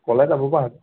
ক'লে যাব বাৰু সিহঁতে